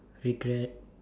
regret